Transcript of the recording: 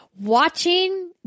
watching